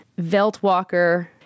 Veltwalker